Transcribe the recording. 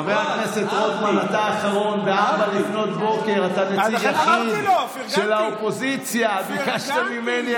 חבר הכנסת טופורובסקי, אתם עומד על זה